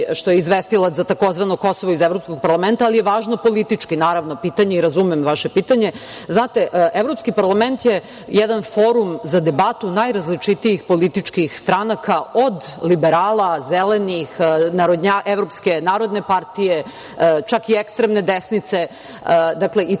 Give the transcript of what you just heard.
što je izvestilac za tzv. Kosovo iz Evropskog parlamenta, ali je važno politički, naravno, pitanje i razumem vaše pitanje. Znate, Evropski parlament je jedan forum za debatu najrazličitijih političkih stranaka, od liberala, Zelenih, Evropske narodne partije, čak i ekstremne desnice, dakle, i tu se